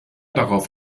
darauf